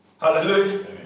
hallelujah